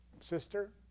sister